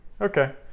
okay